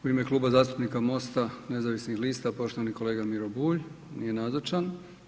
U ime Kluba zastupnika MOST-a nezavisnih lista, poštovani kolega Miro Bulj, nije nazočan.